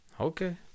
Okay